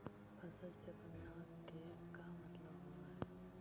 फसल चक्र न के का मतलब होब है?